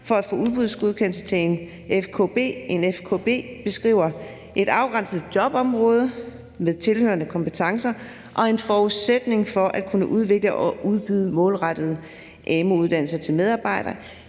for at få udbudsgodkendelse til en FKB. En FKB beskriver et afgrænset jobområde med tilhørende kompetencer og en forudsætning for at kunne udvikle og udbyde målrettede amu-uddannelser til medarbejdere